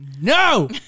no